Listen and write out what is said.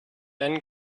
then